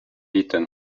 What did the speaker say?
eaten